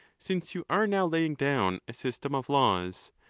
since you are now laying down a system of laws.